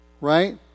Right